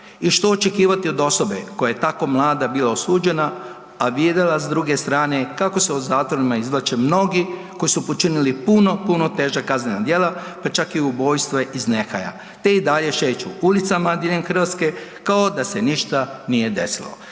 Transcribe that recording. I što očekivati od osobe koja je tako mlada bila osuđena, a … s druge strane kako se u zatvorima izvlače mnogi koji su počinili puno, puno teža kaznena djela pa čak i ubojstva iz nehaja te i dalje šeću ulicama diljem Hrvatske kao da se ništa nije desilo.